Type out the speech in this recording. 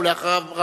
ואחריו,